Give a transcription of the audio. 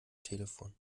telefon